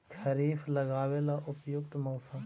खरिफ लगाबे ला उपयुकत मौसम?